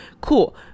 cool